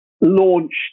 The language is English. launched